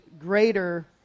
greater